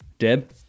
Deb